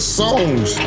songs